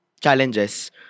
challenges